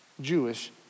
Jewish